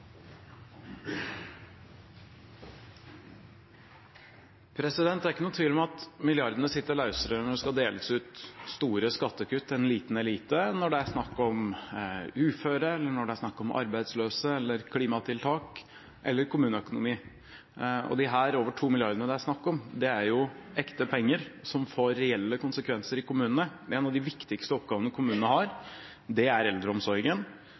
ikke noen tvil om at milliardene sitter løsere når det skal deles ut store skattekutt til en liten elite, enn når det er snakk om uføre, arbeidsløse, klimatiltak eller kommuneøkonomi. De over 2 mrd. kr det er snakk om, er ekte penger som får reelle konsekvenser i kommunene. En av de viktigste oppgavene kommunene har, er eldreomsorgen.